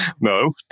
No